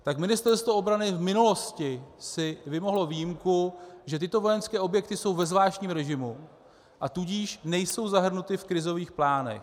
Tak Ministerstvo obrany si v minulosti vymohlo výjimku, že tyto vojenské objekty jsou ve zvláštním režimu, a tudíž nejsou zahrnuty v krizových plánech.